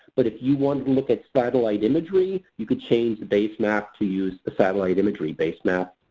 but if you wanted to look at satellite imagery you could change the base map to use satellite imagery base map.